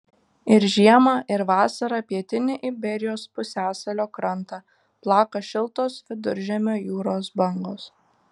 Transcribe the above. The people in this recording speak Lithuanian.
ir žiemą ir vasarą pietinį iberijos pusiasalio krantą plaka šiltos viduržemio jūros bangos